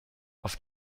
auf